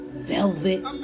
Velvet